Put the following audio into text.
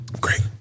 Great